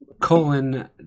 Colon